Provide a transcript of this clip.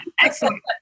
Excellent